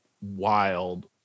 wild